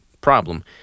problem